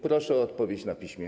Proszę o odpowiedź na piśmie.